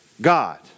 God